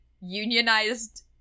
unionized